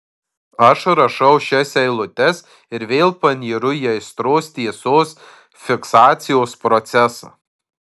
aš rašau šias eilutes ir vėl panyru į aistros tiesos fiksacijos procesą